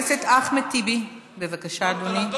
חבר הכנסת אחמד טיבי, בבקשה, אדוני.